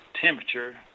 temperature